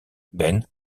ben